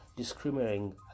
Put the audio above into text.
discriminating